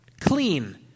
clean